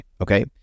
Okay